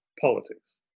politics